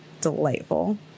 delightful